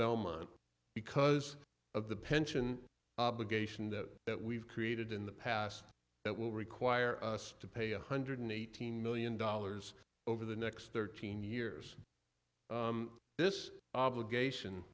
belmont because of the pension obligation that that we've created in the past that will require us to pay one hundred eighteen million dollars over the next thirteen years this obligation